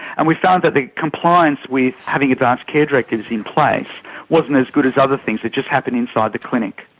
and we found that the compliance with having advanced care directives in place wasn't as good as other things that just happen inside the clinic.